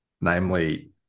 namely